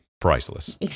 priceless